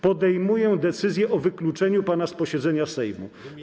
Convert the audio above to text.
podejmuję decyzję o wykluczeniu pana z posiedzenia Sejmu.